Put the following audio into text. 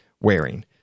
wearing